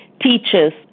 teachers